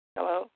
Hello